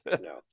No